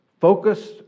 focused